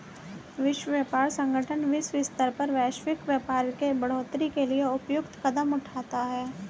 विश्व व्यापार संगठन विश्व स्तर पर वैश्विक व्यापार के बढ़ोतरी के लिए उपयुक्त कदम उठाता है